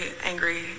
angry